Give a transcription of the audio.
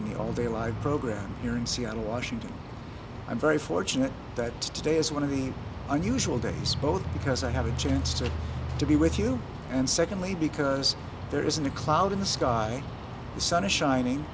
in the all day live program here in seattle washington i'm very fortunate that today is one of the unusual days both because i have a chance to to be with you and secondly because there isn't a cloud in the sky the sun is shining